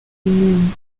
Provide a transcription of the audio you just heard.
moon